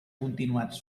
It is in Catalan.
continuat